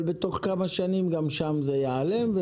אבל בתוך כמה שנים גם שם זה ייעלם.